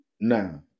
Now